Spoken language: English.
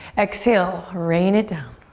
exhale, rain it down.